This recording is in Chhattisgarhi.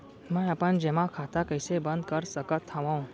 मै अपन जेमा खाता कइसे बन्द कर सकत हओं?